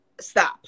Stop